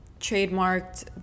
trademarked